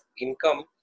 income